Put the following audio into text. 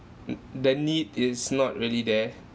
t~ the need is not really there